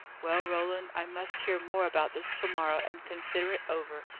well, roland i must hear more about this to-morrow, and consider it over,